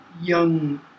young